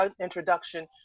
introduction